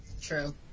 True